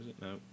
no